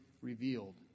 revealed